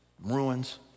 Ruins